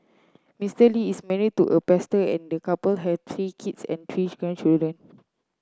Mister Lee is marry to a pastor and the couple have three kids and three grandchildren